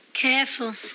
Careful